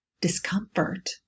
discomfort